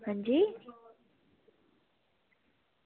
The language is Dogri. अंजी